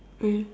eh